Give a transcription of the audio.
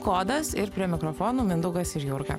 kodas ir prie mikrofonų mindaugas ir jurga